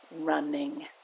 running